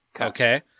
Okay